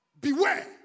Beware